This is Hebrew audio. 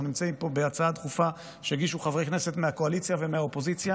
אנחנו נמצאים פה בהצעה דחופה שהגישו חברי כנסת מהקואליציה ומהאופוזיציה.